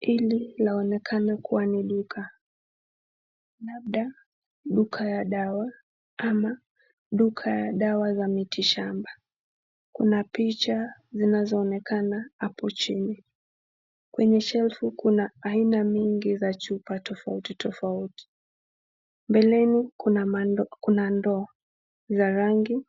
Hili laonekana kuwa ni duka labda la duka ya dawa ama duka ya dawa ya miti shamba. Kuna picha zinazoonekana hapo chini. Kwenye shelfu kuna aina mingi za chupa tofauti tofauti. Mbeleni kuna mandoo kuna ndoo ya rangi